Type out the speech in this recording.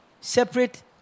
separate